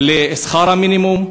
זיקנה לשכר המינימום?